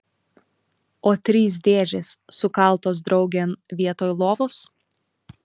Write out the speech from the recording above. o trys dėžės sukaltos draugėn vietoj lovos